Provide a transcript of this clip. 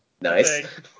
nice